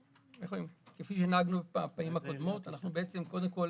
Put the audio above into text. כפי שנהגנו בפעמים הקודמות אנחנו קודם כול